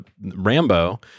Rambo